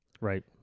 Right